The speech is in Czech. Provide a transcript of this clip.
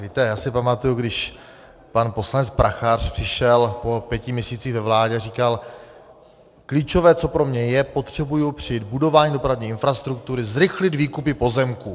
Víte, já si pamatuji, když pan poslanec Prachař přišel po pěti měsících ve vládě a říkal: Klíčové, co pro mě je, potřebuji při budování dopravní infrastruktury zrychlit výkupy pozemků.